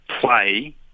play